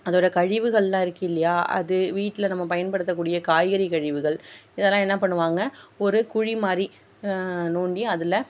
அதோட கழிவுகள்லாம் இருக்கு இல்லையா அது வீட்டில் நம்ம பயன்படுத்தக்கூடிய காய்கறி கழிவுகள் இதெல்லாம் என்ன பண்ணுவாங்க ஒரு குழி மாதிரி தோண்டி அதில்